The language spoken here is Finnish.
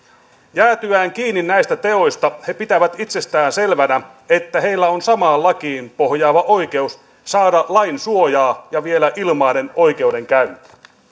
jäätyään kiinni näistä teoista he pitävät itsestään selvänä että heillä on sama lakiin pohjaava oikeus saada lain suojaa ja vielä ilmainen oikeudenkäynti